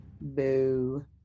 Boo